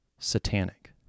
Satanic